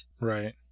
Right